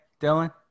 Dylan